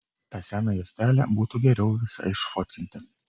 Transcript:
tą seną juostelę būtų geriau visą išfotkinti